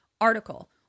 article